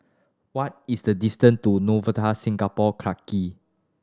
what is the distant to Novotel Singapore Clarke Quay